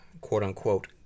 quote-unquote